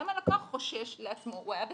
גם הלקוח חושש לעצמו הוא היה בסדר,